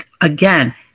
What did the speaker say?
again